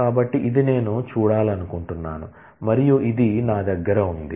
కాబట్టి ఇది నేను చూడాలనుకుంటున్నాను మరియు ఇది నా దగ్గర ఉంది